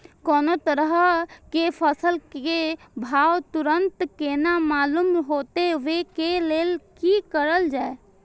कोनो तरह के फसल के भाव तुरंत केना मालूम होते, वे के लेल की करल जाय?